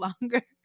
longer